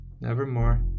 Nevermore